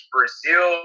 Brazil